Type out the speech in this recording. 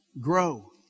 Grow